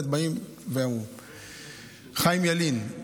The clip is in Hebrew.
חיים ילין,